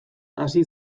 hasi